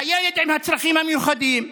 הילד עם הצרכים המיוחדים,